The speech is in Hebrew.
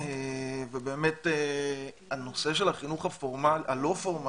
ובאמת הנושא של החינוך הלא פורמלי,